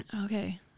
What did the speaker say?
Okay